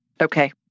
Okay